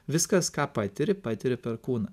viskas ką patiri patiri per kūną